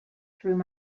through